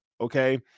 okay